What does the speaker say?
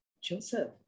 Joseph